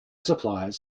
supplies